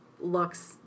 looks